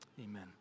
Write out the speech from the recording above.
Amen